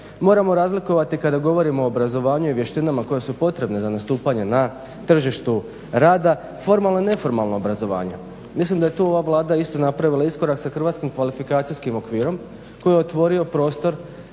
Moramo razlikovati kada govorimo o obrazovanju i vještinama koje su potrebne za nastupanje na tržištu rada, formalno i neformalna obrazovanja. Mislim da je tu ova Vlada isto napravila iskorak sa hrvatskim kvalifikacijskim okvirom koji je otvorio prostor